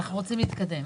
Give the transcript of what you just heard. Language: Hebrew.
אנחנו רוצים להתקדם.